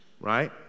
Right